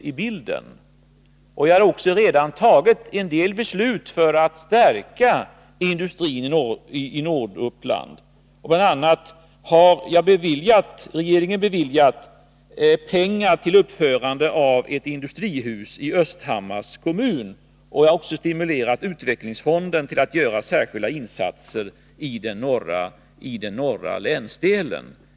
Vi har också redan 143 fattat en del beslut för att stärka industrin i Norduppland. Bl.a. har regeringen beviljat pengar till uppförande av ett industrihus i Östhammars kommun. Dessutom har jag stimulerat utvecklingsfonden till att göra särskilda insatser i den norra länsdelen.